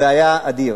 זה היה אדיר.